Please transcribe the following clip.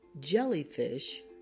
jellyfish